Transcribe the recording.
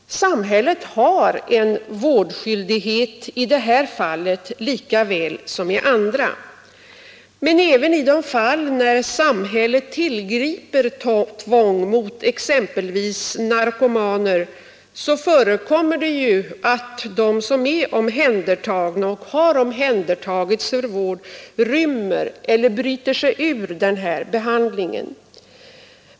Samhället har en vårdskyldighet i detta fall lika väl som i andra. Men även i de fall där samhället tillgriper tvång mot exempelvis narkomaner förekommer det ju att de som har omhändertagits för vård rymmer eller bryter sig ur denna behandling.